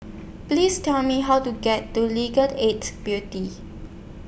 Please Tell Me How to get to Legal Aid Beauty